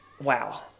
Wow